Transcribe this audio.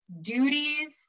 duties